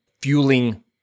fueling